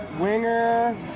Winger